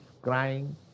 crying